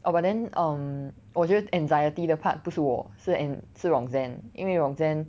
oh but then um 我觉得 anxiety 的 part 不是我是 N 是 rosanne 因为 rosanne